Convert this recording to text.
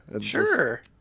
Sure